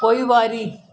पोइवारी